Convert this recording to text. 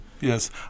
yes